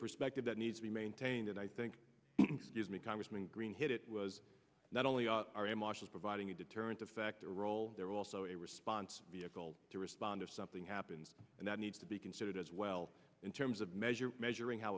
perspective that needs to be maintained and i think congressman green hit it was not only our air marshals providing a deterrent effect a role they're also a response vehicle to respond if something happens and that needs to be considered as well in terms of measuring measuring how